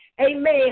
amen